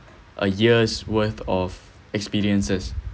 a year's worth of experiences